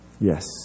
yes